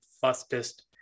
fastest